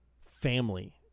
family